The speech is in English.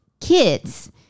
kids